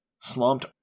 slumped